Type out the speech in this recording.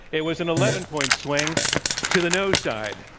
it was an eleven point swing to the no side.